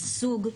יישוג,